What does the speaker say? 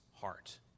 heart